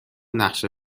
نقشه